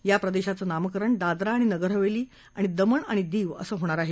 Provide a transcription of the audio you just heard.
या प्रदेशाचं नामकरण दादरा आणि नगरहवेली आणि दमण आणि दीव असं होणार आहे